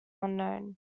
unknown